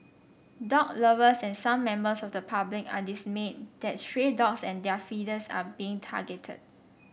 dog lovers and some members of the public are dismayed that stray dogs and their feeders are being targeted